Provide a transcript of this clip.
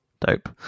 Dope